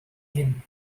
hyn